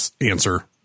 answer